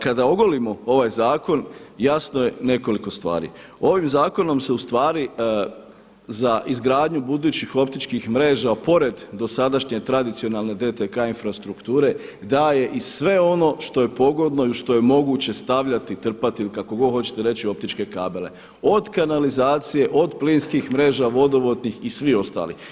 Kada ogolimo ovaj zakon jasno je nekoliko stvari, ovim zakonom se ustvari za izgradnju budućih optičkih mreža pored dosadašnje tradicionalne DTK infrastrukture daje i sva ono što je pogodno i u što je moguće stavljati, trpati ili kako god hoćete reći optičke kabele od kanalizacije, od plinskih mreža, vodovodnih i svih ostalih.